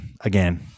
again